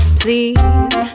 please